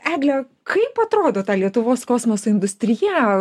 egle kaip atrodo ta lietuvos kosmoso industrija